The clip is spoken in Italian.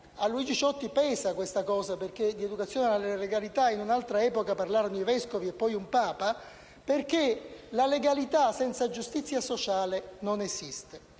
a Luigi Ciotti pesa questo, perché di educazione alla legalità in un'altra epoca parlarono i vescovi e poi il Papa), perché la legalità, senza giustizia sociale, non esiste.